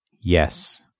Yes